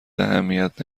اهمیت